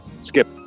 skip